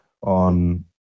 on